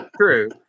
true